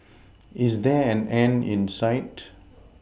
is there an end in sight